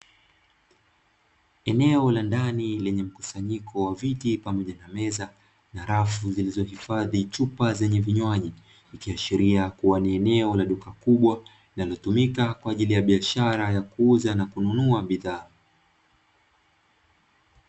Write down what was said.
Eneo la ndani lenye mkusanyiko wa viti pamoja na meza, na rafu zilizohifadhi chupa zenye vinjwayi. Ikiashiria kuwa ni eneo la duka kubwa linalotumika kwa ajili ya biashara ya kuuza na kununua bidhaa.